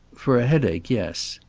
for a headache, yes.